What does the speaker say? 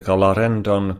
clarendon